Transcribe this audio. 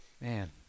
Man